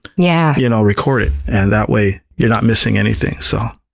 yeah you know record it and that way you're not missing anything. so